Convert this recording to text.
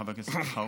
חבר הכנסת אלחרומי,